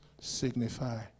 signify